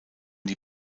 die